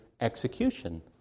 execution